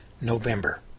November